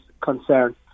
concern